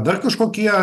dar kažkokie